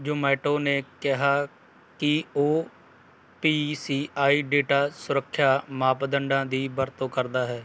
ਜ਼ੋਮੈਟੋ ਨੇ ਕਿਹਾ ਕਿ ਉਹ ਪੀ ਸੀ ਆਈ ਡੇਟਾ ਸੁਰੱਖਿਆ ਮਾਪਦੰਡਾਂ ਦੀ ਵਰਤੋਂ ਕਰਦਾ ਹੈ